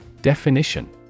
Definition